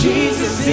Jesus